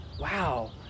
wow